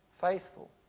faithful